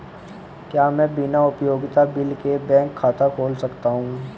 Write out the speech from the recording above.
क्या मैं बिना उपयोगिता बिल के बैंक खाता खोल सकता हूँ?